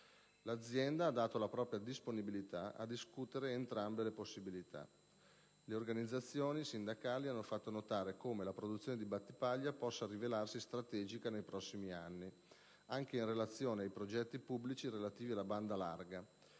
L'azienda ha dato la propria disponibilità a discutere entrambe le possibilità. Le organizzazioni sindacali hanno fatto notare come la produzione di Battipaglia possa rivelarsi strategica nei prossimi anni, anche in relazione ai progetti pubblici relativi alla banda larga